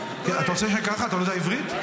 אתה לא רוצה לשכנע אותי על מה החוק?